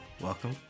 welcome